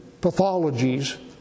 pathologies